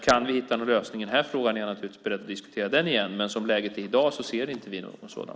Kan vi hitta en lösning i den här frågan är jag naturligtvis beredd att diskutera den igen, men som läget är i dag ser vi inte någon sådan.